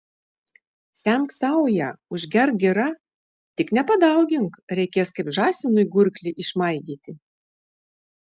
semk sauja užgerk gira tik nepadaugink reikės kaip žąsinui gurklį išmaigyti